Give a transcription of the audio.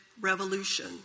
revolution